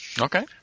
Okay